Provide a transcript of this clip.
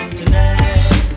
tonight